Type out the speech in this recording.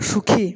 সুখী